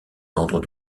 ordres